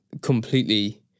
completely